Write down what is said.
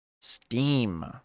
Steam